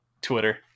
Twitter